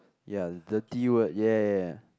ya dirty word ya ya ya